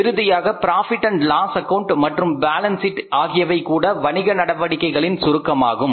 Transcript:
இறுதியாக profit and loss account Profit Loss account மற்றும் balance sheet ஆகியவை கூட வணிக நடவடிக்கைகளின் சுருக்கமாகும்